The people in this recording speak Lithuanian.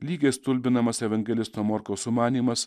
lygiai stulbinamas evangelisto morkaus sumanymas